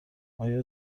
آیا